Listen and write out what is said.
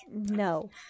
No